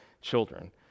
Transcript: children